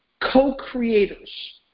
co-creators